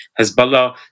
Hezbollah